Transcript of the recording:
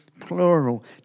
plural